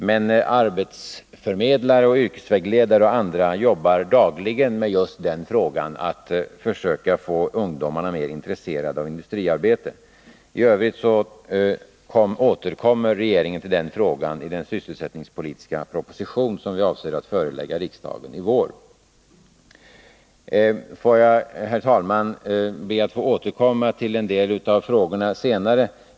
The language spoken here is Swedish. Men arbetsförmedlare, yrkesvägledare och andra jobbar dagligen just med att försöka få ungdomarna mer intresserade av industriarbete. I övrigt återkommer regeringen till den frågan iden sysselsättningspolitiska proposition som vi avser att förelägga riksdagen i vår. Jag ber, herr talman, att få återkomma till en del av frågorna senare.